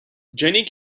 jenny